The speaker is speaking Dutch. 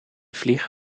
vlieg